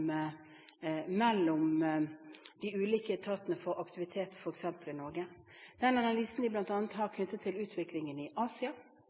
de ulike etatene for aktivitet, f.eks. i Norge. Den analysen de har knyttet bl.a. til utviklingen i Asia,